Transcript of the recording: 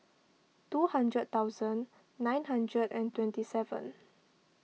two hundred thousand nine hundred and twenty seven